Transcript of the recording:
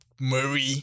Murray